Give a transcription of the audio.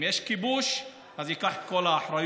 אם יש כיבוש, אז שייקח את כל האחריות,